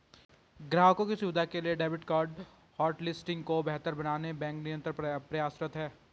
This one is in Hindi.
ग्राहकों की सुविधा के लिए डेबिट कार्ड होटलिस्टिंग को बेहतर बनाने बैंक निरंतर प्रयासरत है